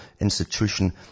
institution